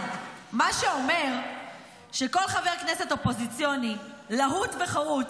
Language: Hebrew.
מה שאומר שכל חבר כנסת אופוזיציוני להוט וחרוץ,